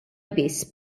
biss